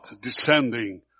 descending